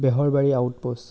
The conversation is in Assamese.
বেহৰবাৰী আউটপোষ্ট